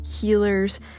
healers